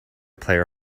player